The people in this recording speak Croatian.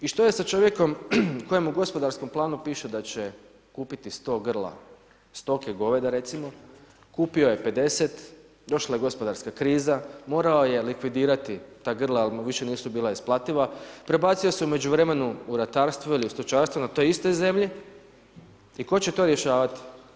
I što je sa čovjekom, kojem u gospodarskom planu piše, da će kupiti 100 grla stoke, goveda recimo, kupio je 50, došla je gospodarska kriza morao je likvidirati ta grla jel mu više nisu bila isplativa, prebacio se u međuvremenu u ratarstvo ili u stočarstvo na toj istoj zemlji i tko će to rješavat?